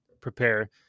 prepare